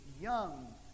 young